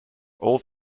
all